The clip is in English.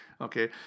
Okay